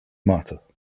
matter